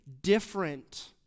different